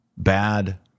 Bad